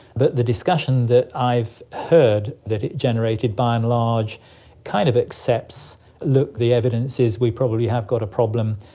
but the discussion that i've heard that it generated by and large kind of accepts, look, the evidence is we probably have got a problem,